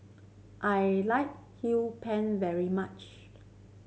I like pan very much